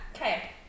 Okay